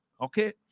Okay